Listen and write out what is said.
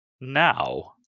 now